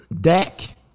Dak